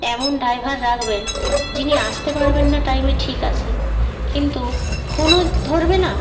এমন ড্রাইভার রাখবেন যিনি আসতে পারবেন না টাইমে ঠিক আছে কিন্তু ফোনও ধরবে না